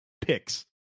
picks